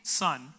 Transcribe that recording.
son